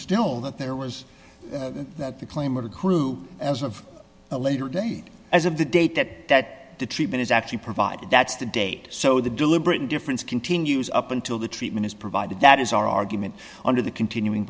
still that there was that the claim or the crew as of a later date as of the date that that treatment is actually provided that's the date so the deliberate indifference continues up until the treatment is provided that is our argument under the continuing